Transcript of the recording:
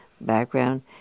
background